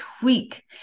tweak